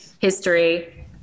history